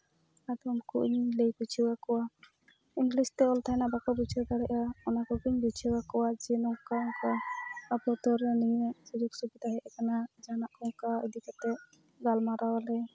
ᱟᱫᱚ ᱩᱱᱠᱩ ᱤᱧ ᱞᱟᱹᱭ ᱵᱩᱡᱷᱟᱹᱣᱟᱠᱚᱣᱟ ᱤᱝᱞᱤᱥ ᱛᱮ ᱚᱞ ᱛᱟᱦᱮᱱᱟ ᱵᱟᱠᱚ ᱵᱩᱡᱷᱟᱹᱣ ᱫᱟᱲᱮᱭᱟᱜᱼᱟ ᱚᱱᱟ ᱠᱚᱜᱮᱧ ᱵᱩᱡᱷᱟᱹᱣᱟᱠᱚᱣᱟ ᱡᱮ ᱱᱚᱝᱠᱟ ᱚᱱᱠᱟ ᱟᱵᱚ ᱫᱚᱞ ᱨᱮ ᱱᱤᱱᱟᱹᱜ ᱥᱩᱡᱳᱜᱽ ᱥᱩᱵᱤᱫᱟ ᱦᱮᱡ ᱟᱠᱟᱱᱟ ᱡᱟᱦᱟᱱᱟᱜ ᱠᱚ ᱚᱱᱠᱟ ᱤᱫᱤ ᱠᱟᱛᱮ ᱜᱟᱞᱢᱟᱨᱟᱣᱟᱞᱮ